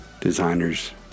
designers